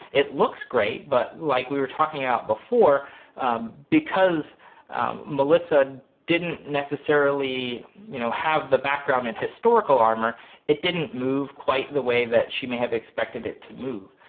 it looks great but like we were talking about before because melissa didn't necessarily you know have the background in historical armor it didn't move quite the way that she may have expected it to move.